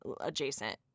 adjacent